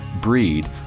breed